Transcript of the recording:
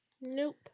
Nope